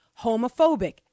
homophobic